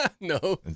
No